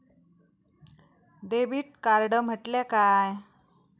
Debit card म्हटल्या काय?